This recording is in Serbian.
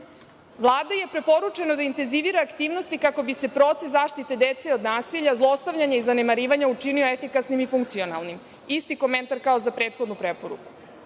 Vlada je preporučeno da intenzivira aktivnosti kako bi se proces zaštite dece od nasilja, zlostavljanja i zanemarivanja učinio efikasnim i funkcionalnim. Isti komentar kao za prethodnu